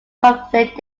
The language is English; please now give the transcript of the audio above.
conflict